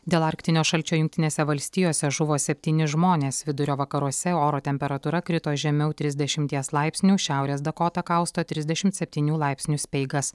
dėl arktinio šalčio jungtinėse valstijose žuvo septyni žmonės vidurio vakaruose oro temperatūra krito žemiau trisdešimties laipsnių šiaurės dakotą kausto trisdešimt septynių laipsnių speigas